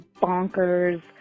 bonkers